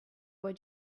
would